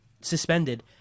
suspended